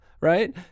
right